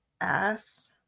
ass